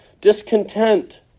discontent